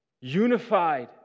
unified